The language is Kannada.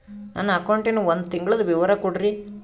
ನನ್ನ ಅಕೌಂಟಿನ ಒಂದು ತಿಂಗಳದ ವಿವರ ಕೊಡ್ರಿ?